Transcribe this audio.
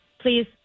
please